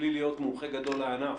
בלי להיות מומחה גדול לענף,